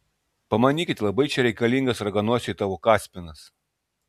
pamanykit labai čia reikalingas raganosiui tavo kaspinas